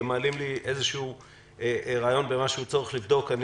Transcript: הם מעלים לי איזה רעיון לגבי צורך לבדוק דבר מה.